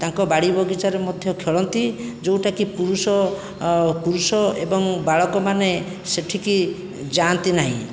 ତାଙ୍କ ବାଡ଼ି ବଗିଚାରେ ମଧ୍ୟ ଖେଳନ୍ତି ଯେଉଁଟାକି ପୁରୁଷ ପୁରୁଷ ଏବଂ ବାଳକମାନେ ସେଠିକି ଯାଆନ୍ତି ନାହିଁ